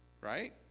Right